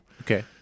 Okay